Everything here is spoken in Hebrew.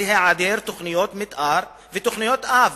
היא העדר תוכניות מיתאר ותוכניות-אב,